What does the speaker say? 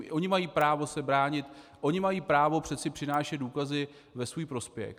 I oni mají právo se bránit, i oni mají právo přeci přinášet důkazy ve svůj prospěch.